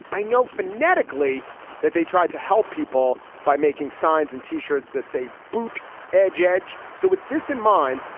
i know phonetically that they tried to help people by making signs and t-shirts that say boot edge, edge. so with this in mind,